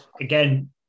again